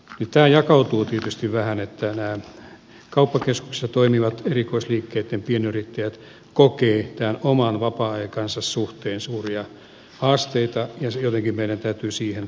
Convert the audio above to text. tämä jakautuu tietysti vähän siten että nämä kauppakeskuksissa toimivat erikoisliikkeitten pienyrittäjät kokevat oman vapaa aikansa suhteen suuria haasteita ja jotenkin meidän täytyy siihen puuttua